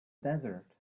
desert